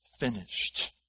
finished